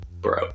bro